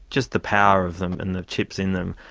just the power of them and the chips in them,